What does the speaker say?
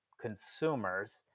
consumers